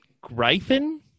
Gryphon